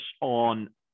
on